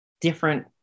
different